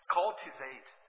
cultivate